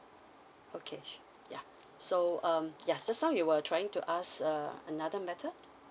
okay su~ yeah just now you we were trying to ask um another matter